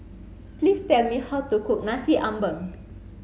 please tell me how to cook Nasi Ambeng